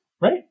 right